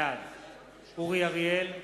בעד אורי אריאל,